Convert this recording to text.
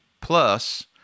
plus